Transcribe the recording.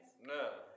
No